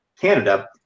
Canada